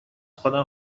خودم